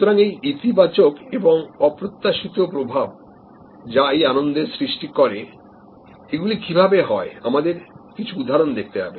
সুতরাং এই ইতিবাচক এবং অপ্রত্যাশিত প্রভাব যা এই আনন্দের সৃষ্টি করে এগুলি কিভাবে হয় আমাদের কিছু উদাহরণ দেখতে হবে